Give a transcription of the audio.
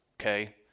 okay